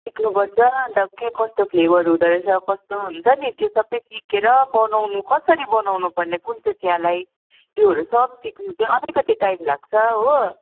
सिक्नुपर्छ अनि त के कस्तो फ्लेभर हुँदोरहेछ कस्तो हुन्छ नि त्यो सबै सिकेर बनाउनु कसरी बनाउनु पर्ने कुन चाहिँ चियालाई त्योहरू सब सिक्नु चाहिँ अलिकति टाइम लाग्छ हो